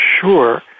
sure